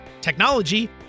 technology